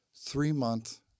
three-month